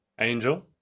Angel